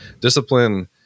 discipline